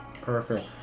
perfect